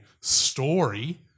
story